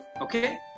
Okay